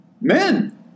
Men